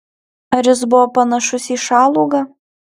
ar jis buvo panašus į šalugą